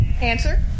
Answer